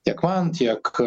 tiek man tiek